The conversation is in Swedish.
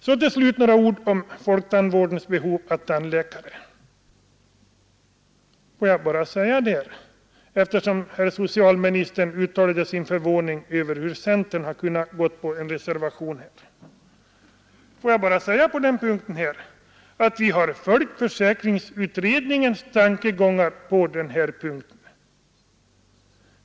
Så till slut några ord om folktandvårdens behov av tandläkare. Socialministern uttalade sin förvåning över att centern kunnat ansluta sig till en reservation på denna punkt. Jag vill bara säga att vi i detta avseende har följt försäkringsutredningens tankegångar.